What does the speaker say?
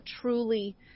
truly